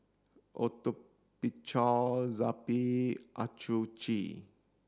Atopiclair Zappy Accucheck